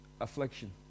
affliction